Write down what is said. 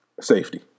safety